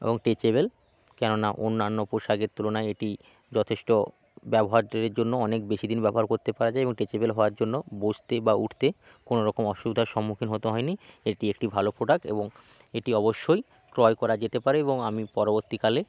এবং স্ট্রেচেবেল কেননা অন্যান্য পোশাকের তুলনায় এটি যথেষ্ট ব্যবহারের জন্য অনেক বেশিদিন ব্যবহার করতে পারা যায় এবং স্ট্রেচেবল হওয়ার জন্য বসতে বা উঠতে কোনোরকম অসুবিধার সম্মুখীন হতে হয়নি এটি একটি ভালো প্রোডাক্ট এবং এটি অবশ্যই ক্রয় করা যেতে পারে এবং আমি পরবর্তীকালে